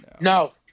No